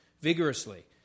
vigorously